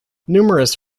numerous